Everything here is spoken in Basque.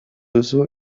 duzu